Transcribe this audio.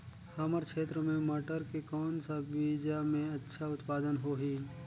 हमर क्षेत्र मे मटर के कौन सा बीजा मे अच्छा उत्पादन होही?